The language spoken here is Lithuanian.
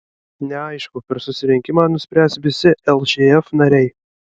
neaišku per susirinkimą nuspręs visi lšf nariai